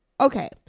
Okay